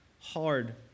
hard